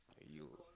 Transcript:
you